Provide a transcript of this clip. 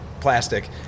plastic